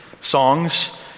songs